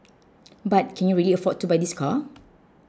but can you really afford to buy this car